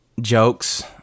jokes